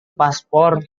paspor